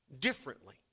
differently